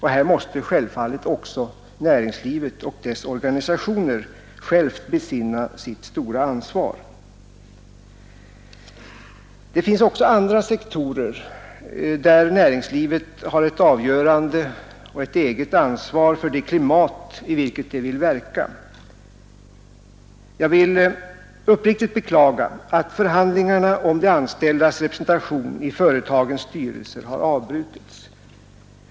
Här måste självfallet också näringslivet och dess organisationer själva besinna sitt stora ansvar. Det finns också andra sektorer där näringslivet har ett avgörande och eget ansvar för det klimat i vilket det vill verka. Jag vill uppriktigt beklaga att förhandlingarna om de anställdas representation i företagens styrelser har avbrutits.